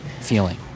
feeling